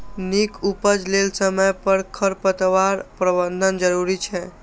नीक उपज लेल समय पर खरपतवार प्रबंधन जरूरी छै